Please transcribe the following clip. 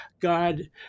God